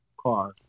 car